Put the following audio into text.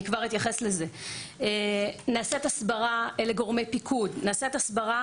אני כבר אתייחס לזה; נעשית הסברה לגורמי פיקוד; נעשית הסברה